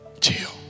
chill